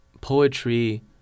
poetry